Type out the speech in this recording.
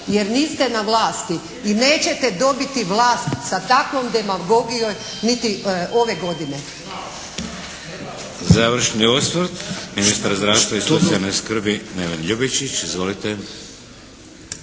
jer niste na vlasti i nećete dobiti vlast sa takvom demagogijom niti ove godine.